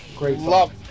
love